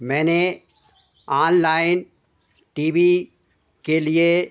मैंने online T V के लिए